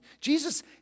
Jesus